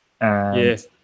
Yes